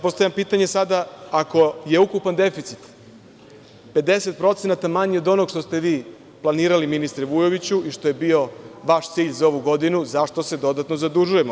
Postavljam pitanje sada, ako je ukupan deficit 50% manji od onoga što ste vi planirali, ministre Vujoviću, i što je bio vaš cilj za ovu godinu, zašto se dodatno zadužujemo?